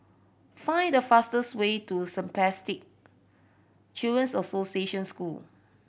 find the fastest way to Spastic Children's Association School